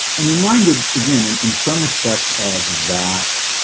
when reminded again and in some respects of that